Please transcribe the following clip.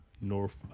North